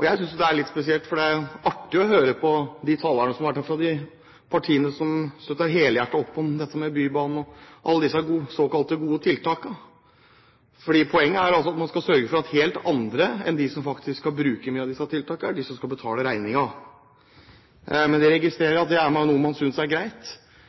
Jeg synes det er litt spesielt. Det er artig å høre på de talerne som har vært her, i hvert fall fra de partiene som har støttet helhjertet opp om Bybanen og alle disse såkalte gode tiltakene. Poenget er altså at man skal sørge for at det er helt andre enn de som faktisk skal bruke mange av disse tiltakene, som skal betale regningen. Men jeg registrerer at det er noe man synes er greit.